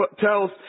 tells